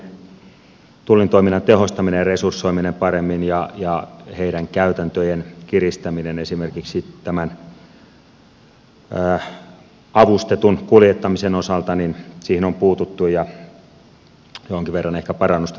esimerkiksi tullin toiminnan tehostamiseen ja resursoimiseen paremmin ja heidän käytäntöjensä kiristämiseen esimerkiksi tämän avustetun kuljettamisen osalta on puututtu ja jonkin verran on ehkä parannustakin tullut